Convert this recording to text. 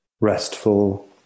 restful